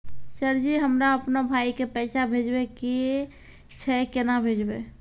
Sir ji हमरा अपनो भाई के पैसा भेजबे के छै, केना भेजबे?